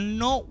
no